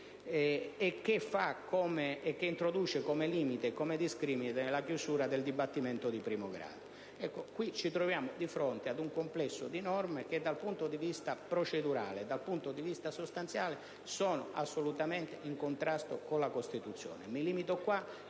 norma introduce come limite e come discrimine la chiusura del dibattimento di primo grado. Ecco, ci troviamo di fronte ad un complesso di norme che dal punto di vista procedurale e sostanziale sono assolutamente in contrasto con la Costituzione.